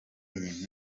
iyi